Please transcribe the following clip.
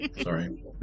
Sorry